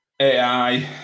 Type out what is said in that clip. AI